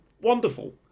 wonderful